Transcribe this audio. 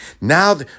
Now